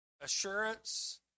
assurance